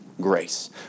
Grace